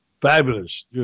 Fabulous